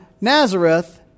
Nazareth